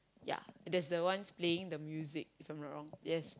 ya there's the one playing the music if I'm not wrong yes